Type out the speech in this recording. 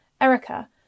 Erica